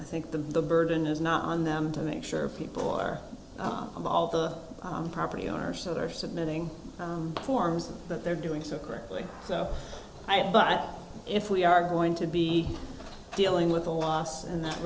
i think that the burden is not on them to make sure people are out of all the property owners that are submitting forms that they're doing so correctly so i but if we are going to be dealing with a loss and that